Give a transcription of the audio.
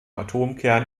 atomkern